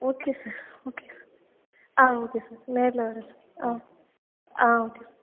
okay sir okay ஆ okay sir நேரில் வரேன் சார் ஆ ஆ ஓகே